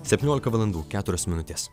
septyniolika valandų keturios minutės